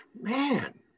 man